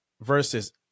versus